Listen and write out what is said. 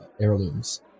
heirlooms